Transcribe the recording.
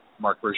Mark